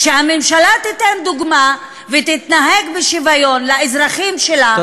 שהממשלה תיתן דוגמה ותתנהג בשוויון לאזרחים שלה,